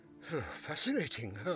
Fascinating